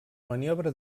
maniobra